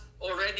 already